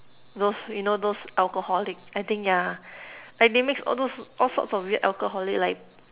those you know those alcoholic I think yeah like they mix all those all sorts of weird alcoholic like